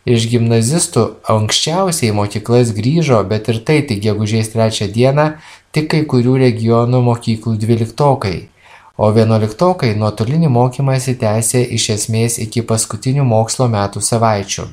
iš gimnazistų anksčiausiai į mokyklas grįžo bet ir tai tik gegužės trečią dieną tik kai kurių regionų mokyklų dvyliktokai o vienuoliktokai nuotolinį mokymąsi tęsė iš esmės iki paskutinių mokslo metų savaičių